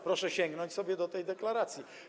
Proszę sięgnąć sobie do tej deklaracji.